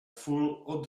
fool